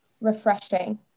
refreshing